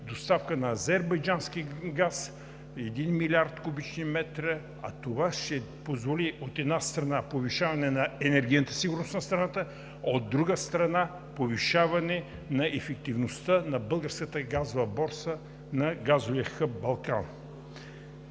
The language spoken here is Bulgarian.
доставка на азербайджански газ 1 млрд. куб. м, а това ще позволи, от една страна, повишаване на енергийната сигурност на страната, а от друга страна – повишаване на ефективността на Българската газова борса, на газовия хъб „Балкан“.